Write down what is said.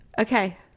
Okay